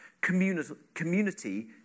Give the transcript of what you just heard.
community